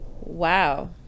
Wow